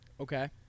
Okay